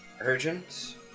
urgent